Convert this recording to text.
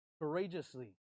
courageously